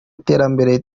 iterambere